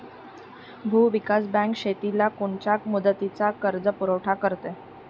भूविकास बँक शेतीला कोनच्या मुदतीचा कर्जपुरवठा करते?